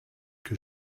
que